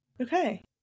Okay